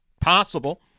possible